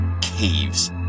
caves